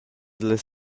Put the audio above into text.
dallas